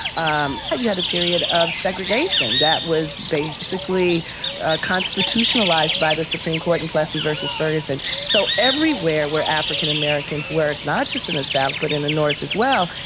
um you had a period of segregation that was basically constitutionalised by the supreme court in plessy vs ferguson. so everywhere where african-americans were, not just in the south but in the north as well,